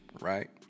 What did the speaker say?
right